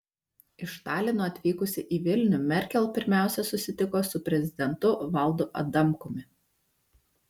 iš talino atvykusi į vilnių merkel pirmiausia susitiko su prezidentu valdu adamkumi